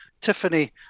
Tiffany